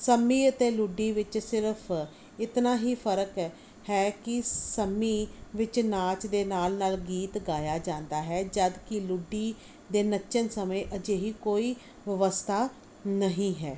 ਸੰਮੀ ਅਤੇ ਲੁੱਡੀ ਵਿੱਚ ਸਿਰਫ ਇਤਨਾ ਹੀ ਫਰਕ ਹੈ ਕਿ ਸੰਮੀ ਵਿੱਚ ਨਾਚ ਦੇ ਨਾਲ ਨਾਲ ਗੀਤ ਗਾਇਆ ਜਾਂਦਾ ਹੈ ਜਦੋਂ ਕਿ ਲੁੱਡੀ ਦੇ ਨੱਚਣ ਸਮੇਂ ਅਜਿਹੀ ਕੋਈ ਵਿਵਸਥਾ ਨਹੀਂ ਹੈ